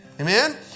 Amen